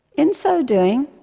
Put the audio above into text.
in so doing,